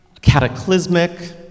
cataclysmic